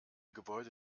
gebäude